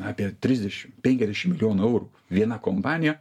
apie trisdešim penkiasdešim milijonų eurų viena kompanija